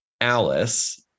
Alice